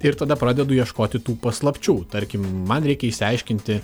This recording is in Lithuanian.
ir tada pradedu ieškoti tų paslapčių tarkim man reikia išsiaiškinti